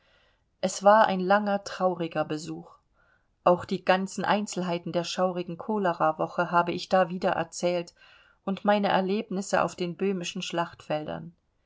es war ein langer trauriger besuch auch die ganzen einzelheiten der schaurigen cholerawoche habe ich da wiedererzählt und meine erlebnisse auf den böhmischen schlachtfeldern